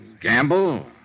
gamble